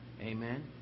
Amen